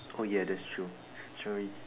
oh ya that's true sorry